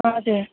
हजुर